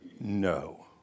no